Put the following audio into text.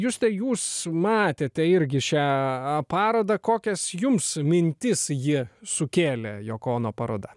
juste jūs matėte irgi šią parodą kokias jums mintis ji sukėlė joko ono paroda